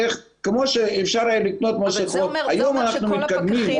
כמו שאפשר היה לקנות מסיכות, היום אנחנו מתקדמים.